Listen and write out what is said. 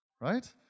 Right